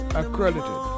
accredited